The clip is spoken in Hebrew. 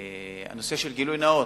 הנושא של גילוי נאות,